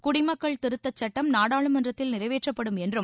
குடிமக்கள் திருத்தச் சட்டம் நாடாளுமன்றத்தில் நிறைவேற்றப்படும் என்றும்